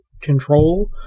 control